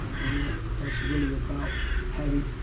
and that's that's really about having